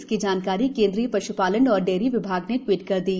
इसकी जानकारी केंद्रीय पश्पालन एवं डेयरी विभाग ने ट्वीट कर दी है